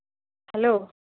hello